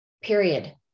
Period